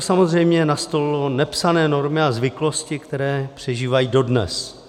To samozřejmě nastolilo nepsané normy a zvyklosti, které přežívají dodnes.